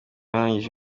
warangije